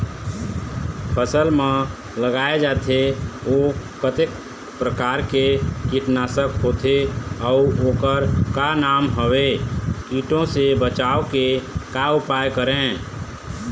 फसल म लगाए जाथे ओ कतेक प्रकार के कीट नासक होथे अउ ओकर का नाम हवे? कीटों से बचाव के का उपाय करें?